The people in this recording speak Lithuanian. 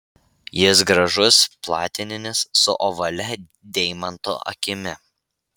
jis gražus platininis su ovalia deimanto akimi